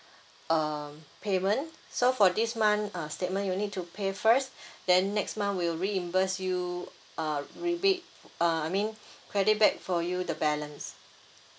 um payment so for this month uh statement you need to pay first then next one will reimburse you uh rebate uh I mean credit back for you the balance